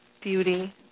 beauty